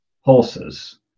horses